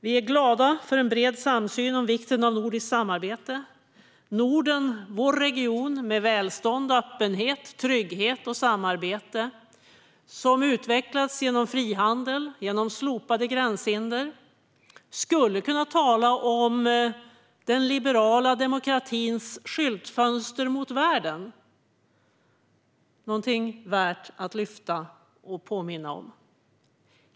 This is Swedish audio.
Vi är glada för en bred samsyn om vikten av nordiskt samarbete. Norden, vår region, med välstånd, öppenhet, trygghet och samarbete, som utvecklats genom frihandel och slopade gränshinder, skulle vi kunna tala om som den liberala demokratins skyltfönster mot världen. Det är någonting som är värt att lyfta fram och påminna om.